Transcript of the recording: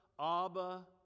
Abba